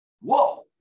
Whoa